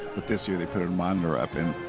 this year they put a monitor up. and